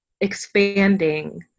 expanding